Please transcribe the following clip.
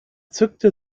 zückte